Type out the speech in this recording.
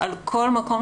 זה מאוד עוזר להיכנס